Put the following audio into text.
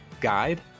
guide